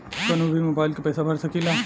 कन्हू भी मोबाइल के पैसा भरा सकीला?